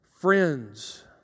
Friends